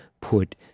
put